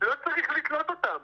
לא צריך לתלות אותם,